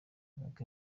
n’uko